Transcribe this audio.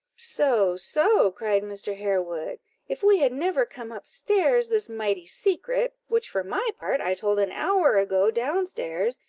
so, so! cried mr. harewood if we had never come up stairs, this mighty secret, which, for my part, i told an hour ago down stairs,